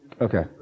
Okay